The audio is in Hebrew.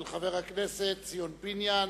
של חבר הכנסת ציון פיניאן,